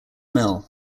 mill